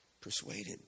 persuaded